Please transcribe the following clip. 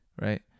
right